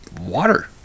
water